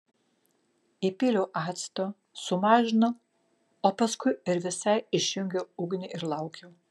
įpyliau acto sumažinau o paskui ir visai išjungiau ugnį ir laukiau